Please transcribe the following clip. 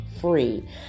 free